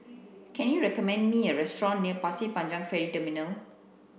can you recommend me a restaurant near Pasir Panjang Ferry Terminal